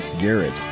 Garrett